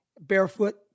barefoot